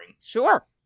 Sure